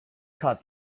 caught